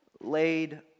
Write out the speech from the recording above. laid